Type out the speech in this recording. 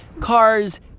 cars